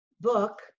book